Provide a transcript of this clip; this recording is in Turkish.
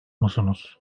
musunuz